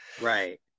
right